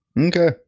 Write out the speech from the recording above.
Okay